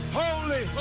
holy